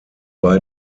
bei